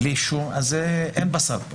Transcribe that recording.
בלי אישור אז "אין בשר".